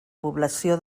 població